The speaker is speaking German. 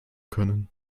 können